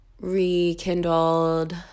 rekindled